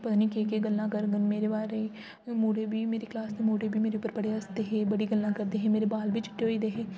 पता नि केह् केह् गल्लां करङन मेरे बारे मुड़े बी मेरी क्लास दे मुड़े बी मेरे उप्पर बड़ा हसदे हे मेरी बड़ी गल्ला करदे हे मेरे बाल बी चिट्टे होई गेदे हे ते